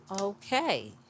Okay